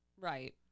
right